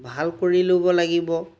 ভাল কৰি ল'ব লাগিব